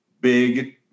big